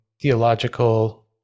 theological